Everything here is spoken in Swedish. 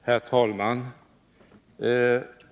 Herr talman!